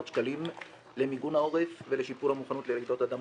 שקלים למיגון העורף ולשיפור המוכנות לרעידות אדמה.